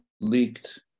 leaked